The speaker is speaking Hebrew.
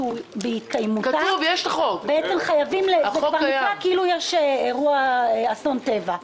שבהתקיימותם כבר נקבע כאילו יש אירוע של אסון טבע.